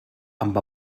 amb